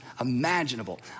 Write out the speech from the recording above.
imaginable